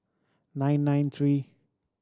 nine nine three